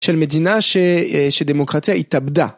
של מדינה שדמוקרטיה התאבדה.